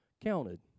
counted